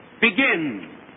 begin